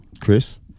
Chris